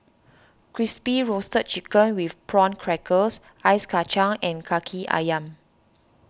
Crispy Roasted Chicken with Prawn Crackers Ice Kachang and Kaki Ayam